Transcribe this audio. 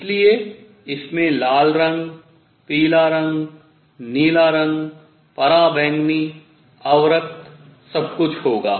इसलिए इसमें लाल रंग पीला रंग नीला रंग पराबैंगनी अवरक्त सब कुछ होगा